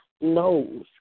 knows